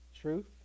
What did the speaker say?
truth